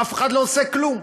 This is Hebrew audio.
אף אחד לא עושה כלום.